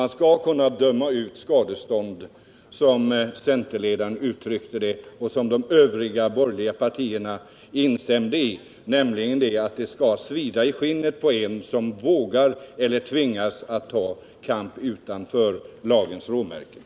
Man skall kunna döma ut sådana skadestånd —-som centerledaren uttryckte det och som de övriga borgerliga partierna instämde i — att det skall svida i skinnet på den som vågar eller tvingas ta kamp utanför lagens råmärken.